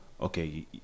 Okay